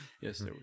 Yes